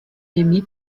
aimé